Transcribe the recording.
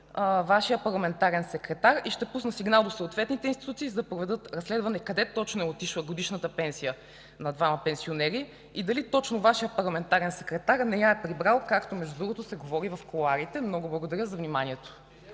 Вашия парламентарен секретар и ще пусна сигнал до съответните институции, за да проведат разследване къде точно е отишла годишната пенсия на двама пенсионери и дали точно Вашият парламентарен секретар не я е прибрал, както между другото се говори в кулоарите. Много благодаря за вниманието.